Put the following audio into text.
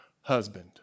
husband